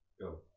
go